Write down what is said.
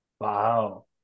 Wow